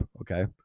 Okay